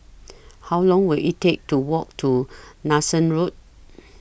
How Long Will IT Take to Walk to Nanson Road